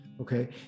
okay